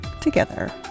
together